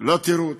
לא תראו אותם,